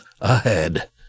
ahead